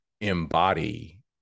embody